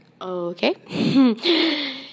Okay